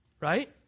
Right